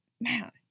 man